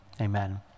amen